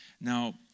Now